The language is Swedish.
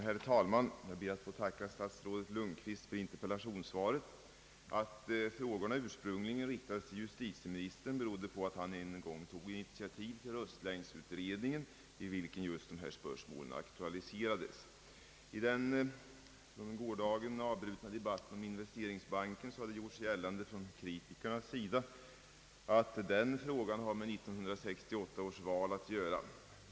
Herr talman! Jag ber att få tacka statsrådet Lundkvist för svaret på min interpellation. Att frågorna ursprungli gen riktades till justitieministern berodde på att denne en gång i tiden tog initiativet till röstlängdsutredningen, i vilken just dessa spörsmål aktualiserades. I den från gårdagen avbrutna debatten om investeringsbanken har det från kritikernas sida gjorts gällande att den frågan har med 1968 års val att göra.